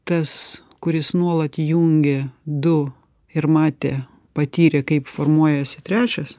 tas kuris nuolat jungė du ir matė patyrė kaip formuojasi trečias